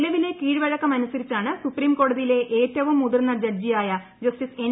നിലവിലെ കീഴ്വഴക്കം അനുസരിച്ചാണ് സുപ്രീം കോടതിയിലെ ഏറ്റവും മുതിർന്ന ജഡ്ജിയായ ജസ്റ്റിസ് എൻ